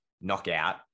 knockout